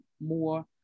more